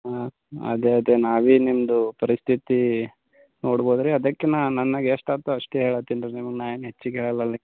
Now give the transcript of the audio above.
ಹಾಂ ಅದೆ ಅದೆ ನಾವೇನು ನಿಮ್ಮದು ಪರಿಸ್ಥಿತಿ ನೋಡ್ಬೋದು ರೀ ಅದಕ್ಕೆ ನಾನು ನನಗೆ ಎಷ್ಟು ಹತ್ತೋ ಅಷ್ಟು ಹೇಳತ್ತೀನಿ ರೀ ನಿಮ್ಗೆ ನಾನು ಏನು ಹೆಚ್ಚಿಗೆ ಹೇಳಲ್ಲಲ್ರಿ